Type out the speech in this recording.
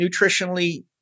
nutritionally